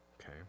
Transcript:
Okay